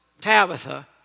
Tabitha